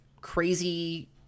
crazy